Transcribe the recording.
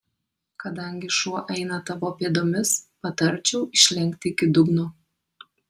kadangi šuo eina tavo pėdomis patarčiau išlenkti iki dugno